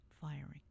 firing